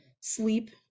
sleep